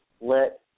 let